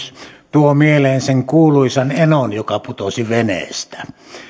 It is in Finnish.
tuo mieleen sen kuuluisan enon joka putosi veneestä koska